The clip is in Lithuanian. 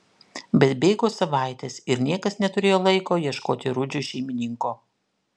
bet bėgo savaitės ir niekas neturėjo laiko ieškoti rudžiui šeimininko